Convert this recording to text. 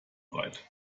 breit